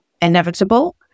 inevitable